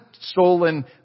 stolen